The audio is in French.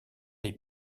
les